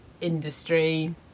industry